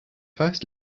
first